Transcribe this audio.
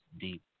Deep